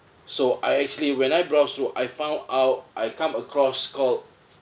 so I actually when I browsed through I found out I come across called